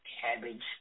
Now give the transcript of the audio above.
Cabbage